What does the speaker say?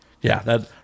yeah—that